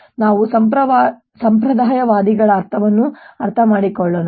ನಾವು ಸಂಪ್ರದಾಯವಾದಿಗಳ ಅರ್ಥವನ್ನು ಅರ್ಥಮಾಡಿಕೊಳ್ಳೋಣ